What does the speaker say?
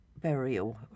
burial